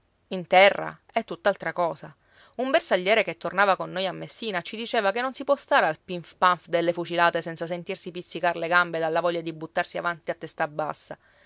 in terra è tutt'altra cosa un bersagliere che tornava con noi a messina ci diceva che non si può stare al pinf panf delle fucilate senza sentirsi pizzicar le gambe dalla voglia di buttarsi avanti a testa bassa